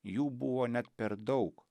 jų buvo net per daug